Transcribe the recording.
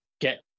get